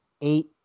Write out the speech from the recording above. eight